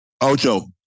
Ocho